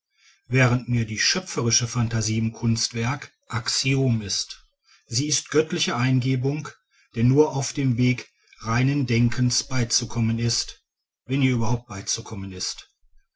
während mir die schöpferische phantasie im kunstwerke axiom ist sie ist göttliche eingebung der nur auf dem wege reinen denkens beizukommen ist wenn ihr überhaupt beizukommen ist